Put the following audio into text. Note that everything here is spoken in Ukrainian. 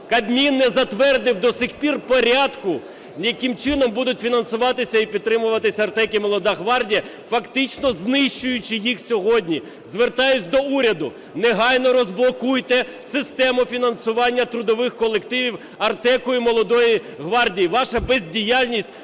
Кабмін не затвердив до сих пір порядку, яким чином будуть фінансуватися і підтримуватися "Артек" і "Молода гвардія", фактично знищуючи їх сьогодні. Звертаюсь до уряду, негайно розблокуйте систему фінансування трудових колективів "Артеку" і "Молодої гвардії". Ваша бездіяльність